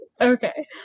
Okay